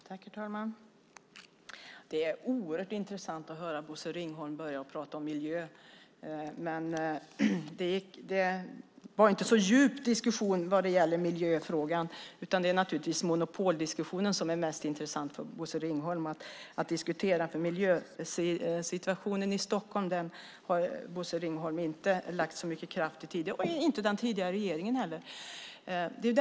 Herr talman! Det är oerhört intressant att höra Bosse Ringholm prata om miljön. Det var inte någon djup diskussion när det gäller miljöfrågan. Det är naturligtvis monopoldiskussionen som är mest intressant för Bosse Ringholm att diskutera. Miljösituationen i Stockholm har inte Bosse Ringholm och den tidigare regeringen lagt så mycket kraft på.